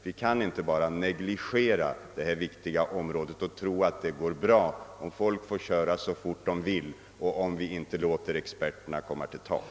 Vi kan inte bara negligera detta vik tiga område och tro att det går bra bara folk får köra så fort de vill.